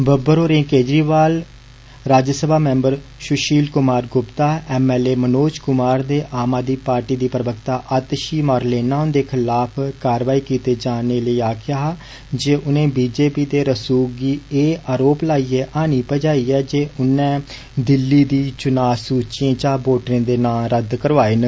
बब्बर होरें Kejriwal Rajya Sabha member Sushil Kumar Gupta M L A Manoj Kumar ते आम आदमी पार्टी दी प्रवक्ता आतिषी मारलेना हुन्दे खिलाफ कारवाई कीती जा कीजे बी जे पी दे रसूख गी एह् आरोप लाइये हानि जपाई ऐ जे उन्नै दिल्ली दी चुना सूचियै चा वोटरें दे नां रद्द करवाए न